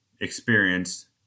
experienced